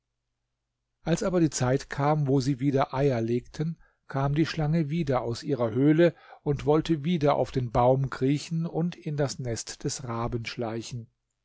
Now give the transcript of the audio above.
als aber die zeit kam wo sie wieder eier legten kam die schlange wieder aus ihrer höhle und wollte wieder auf den baum kriechen und in das nest des raben schleichen